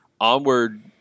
Onward